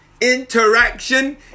interaction